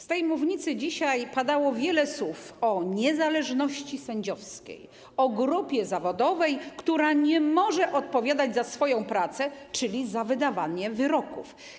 Z tej mównicy dzisiaj padało wiele słów o niezależności sędziowskiej, o grupie zawodowej, która nie może odpowiadać za swoją pracę, czyli za wydawanie wyroków.